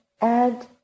add